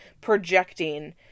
projecting